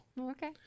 okay